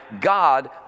God